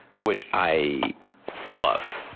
which i love.